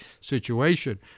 situation